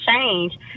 change